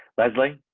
leslie.